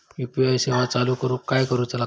UPI सेवा चालू करूक काय करूचा लागता?